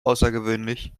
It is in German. außergewöhnlich